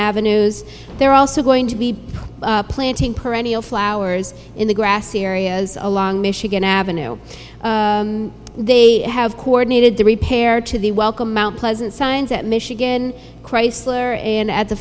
avenues they're also going to be planting perennial flowers in the grassy areas along michigan avenue they have coordinated the repair to the welcome mount pleasant signs at michigan chrysler and at the